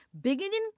beginning